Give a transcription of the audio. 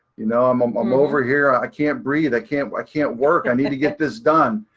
you know, i'm um um over here, i can't breathe, i can't, i can't work, i need to get this done.